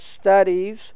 studies